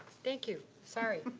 thank you. sorry.